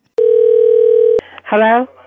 Hello